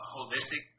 Holistic